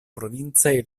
provincaj